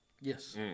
Yes